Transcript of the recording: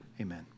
Amen